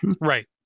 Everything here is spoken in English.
Right